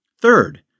Third